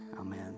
Amen